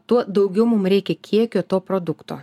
tuo daugiau mum reikia kiekio to produkto